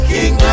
King